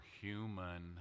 human